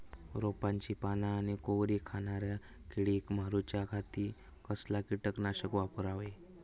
रोपाची पाना आनी कोवरी खाणाऱ्या किडीक मारूच्या खाती कसला किटकनाशक वापरावे?